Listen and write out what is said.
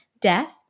death